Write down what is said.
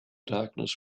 darkness